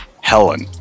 Helen